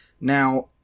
Now